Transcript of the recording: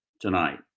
tonight